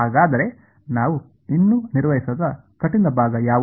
ಹಾಗಾದರೆ ನಾವು ಇನ್ನೂ ನಿರ್ವಹಿಸದ ಕಠಿಣ ಭಾಗ ಯಾವುದು